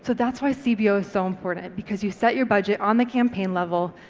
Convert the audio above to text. so that's why cbo is so important because you set your budget on the campaign level,